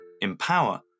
empower